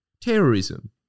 terrorism